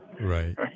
Right